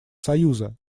союза